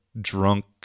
drunk